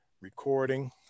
recording